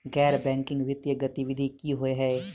गैर बैंकिंग वित्तीय गतिविधि की होइ है?